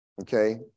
Okay